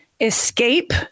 escape